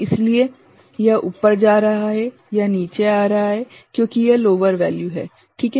इसलिए यह ऊपर जा रहा है यह नीचे आ रहा है क्योंकि यह लोअर वैल्यूहै ठीक है